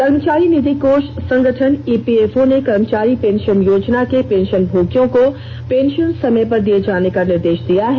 कर्मचारी निधि कोष संगठन ईपीएफओ ने कर्मचारी पेंशन योजना के पेंशन भोगियों को पेंशन समय पर दिए जाने का निर्देश दिया है